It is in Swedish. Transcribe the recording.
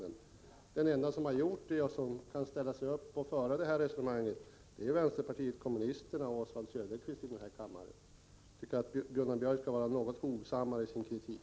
De enda i denna kammare som har gjort det och kan ställa sig upp och föra det resonemanget är vänsterpartiet kommunisterna och Oswald Söderqvist Gunnar Björk bör vara något hovsammare i sin kritik.